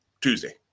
Tuesday